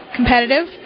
competitive